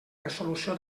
resolució